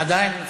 עדיין אצלם.